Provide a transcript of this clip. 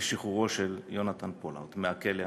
לשחרר את יהונתן פולארד מהכלא האמריקני.